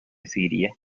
siria